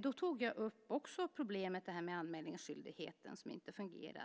då tog jag upp problemet med att anmälningsskyldigheten inte fungerat.